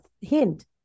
hint